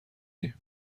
ﮐﺸﯿﺪﯾﻢ